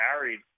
married